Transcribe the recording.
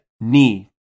knee